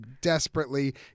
desperately